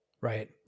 Right